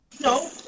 No